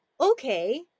okay